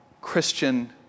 Christian